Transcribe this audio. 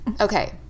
Okay